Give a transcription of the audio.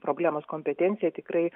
problemos kompetenciją tikrai